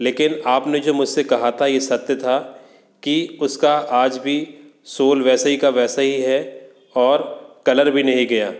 लेकिन आपने जो मुझ से कहा था ये सत्य था कि उसका आज भी सोल वैसे ही का वैसे ही है और कलर भी नहीं गया